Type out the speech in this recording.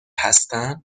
هستن